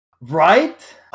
Right